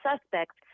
suspects